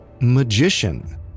magician